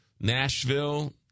Nashville